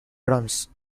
drums